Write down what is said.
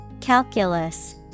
Calculus